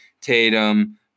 Tatum